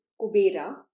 Kubera